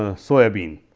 ah soybean.